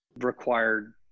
required